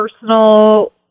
personal